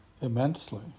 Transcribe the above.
immensely